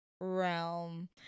realm